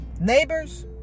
neighbors